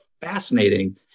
fascinating